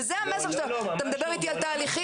אתה מדבר איתי על תהליכים,